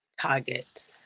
target